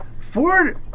Ford